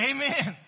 Amen